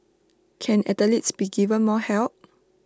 can athletes be given more help